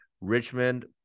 Richmond